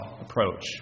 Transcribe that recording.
approach